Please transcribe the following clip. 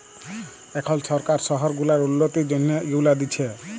এখল সরকার শহর গুলার উল্ল্যতির জ্যনহে ইগুলা দিছে